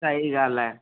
सही ॻाल्हि आहे